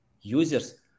users